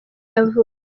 yavutse